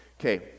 Okay